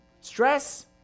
stress